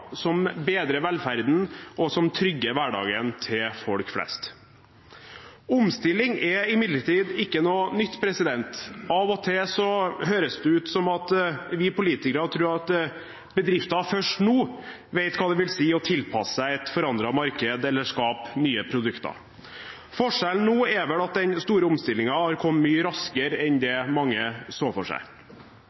som bedrer velferden, og som trygger hverdagen til folk flest. Omstilling er imidlertid ikke noe nytt. Av og til høres det ut som at vi politikere tror at bedrifter først nå vet hva det vil si å tilpasse seg et forandret marked eller skape nye produkter. Forskjellen nå er vel at den store omstillingen har kommet mye raskere enn det mange så for seg.